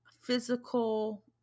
physical